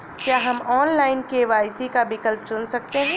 क्या हम online KYC का विकल्प चुन सकते हैं?